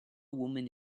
women